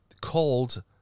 called